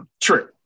True